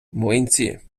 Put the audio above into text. млинці